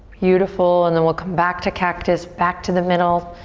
beautiful and then we'll come back to cactus, back to the middle.